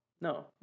No